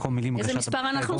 במקום המילים --- איזה מספר אנחנו?